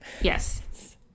Yes